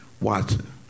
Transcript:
Watson